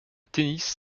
tennis